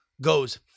goes